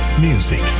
music